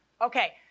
Okay